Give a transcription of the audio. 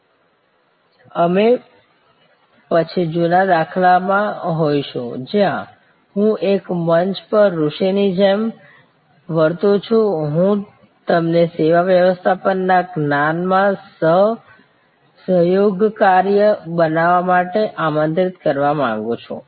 અમે પછી જૂના દાખલામાં હોઈશું જ્યાં હું એક મંચ પર ઋષિની જેમ વર્તુ છું હું તમને સેવા વ્યવસ્થાપનના જ્ઞાનમાં સહ સહયોગકર્તા બનવા માટે આમંત્રિત કરવા માંગુ છું